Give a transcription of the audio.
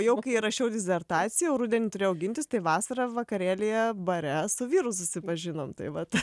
jau kai rašiau disertaciją jau rudenį turėjau gintis tai vasarą vakarėlyje bare su vyru susipažinom tai vat